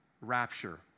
rapture